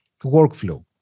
workflow